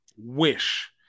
Wish